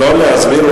לא להסביר,